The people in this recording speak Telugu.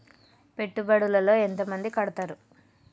పెట్టుబడుల లో ఎంత మంది కడుతరు?